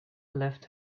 left